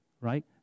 right